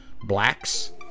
Blacks